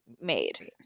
made